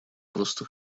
просто